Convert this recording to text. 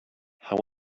how